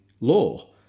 law